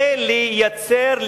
היתה לייצר,